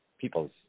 people's